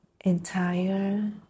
entire